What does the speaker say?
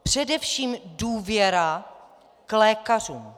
Především důvěra k lékařům.